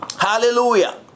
Hallelujah